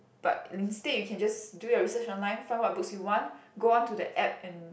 but instead you can just do your research online find what books you want go onto the app and